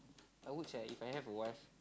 I would sia if I have a wife